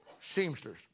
seamsters